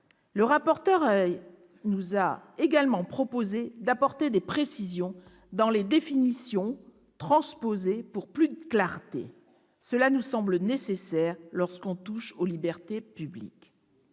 satisfaite. Il nous a également proposé d'apporter des précisions dans les définitions transposées, pour plus de clarté. Cela nous semble nécessaire lorsqu'on touche aux libertés publiques.